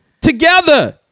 together